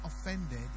offended